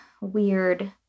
weird